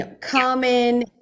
common